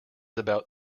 about